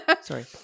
Sorry